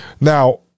Now